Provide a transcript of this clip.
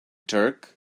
turk